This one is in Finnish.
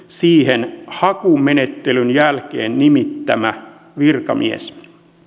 siihen hakumenettelyn jälkeen nimittämä virkamies